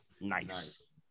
Nice